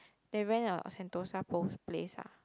they ran out of Sentosa post place ah